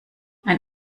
ein